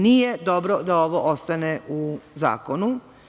Nije dobro da ovo ostane u zakonu.